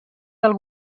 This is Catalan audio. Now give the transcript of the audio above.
del